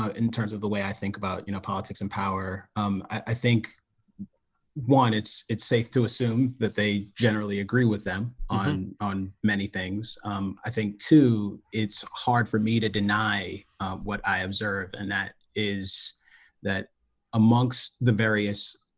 ah in terms of the way, i think about, you know politics and power. um, i think one it's it's safe to assume that they generally agree with them on on many things um, i think too it's hard for me to deny what i observe and that is that amongst the various?